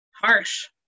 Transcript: harsh